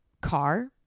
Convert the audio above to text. car